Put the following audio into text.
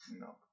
No